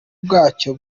bwacyo